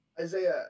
Isaiah